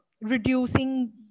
reducing